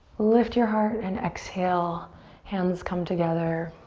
lift your heart and exhale hands come together